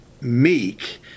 meek